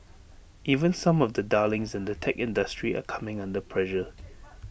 even some of the darlings in the tech industry are coming under pressure